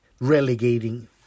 Relegating